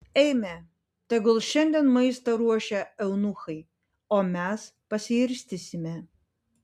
eime tegul šiandien maistą ruošia eunuchai o mes pasiirstysime